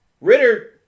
Ritter